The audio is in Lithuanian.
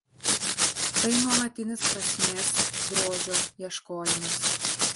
tai nuolatinis prasmės grožio ieškojimas